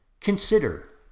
Consider